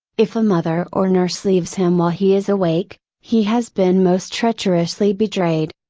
if a mother or nurse leaves him while he is awake, he has been most treacherously betrayed.